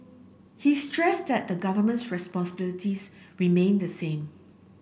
he stressed that the Government's responsibilities remain the same